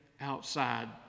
outside